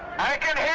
i can